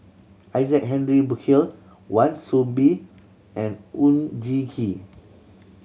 Isaac Henry Burkill Wan Soon Bee and Oon Jin Gee